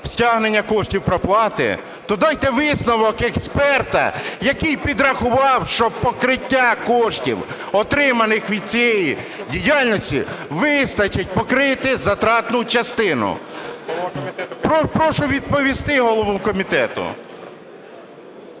стягнення коштів проплати, то дайте висновок експерта, який підрахував, що покриття коштів, отриманих від цієї діяльності, вистачить покрити затратну частину. Прошу відповісти голову комітету.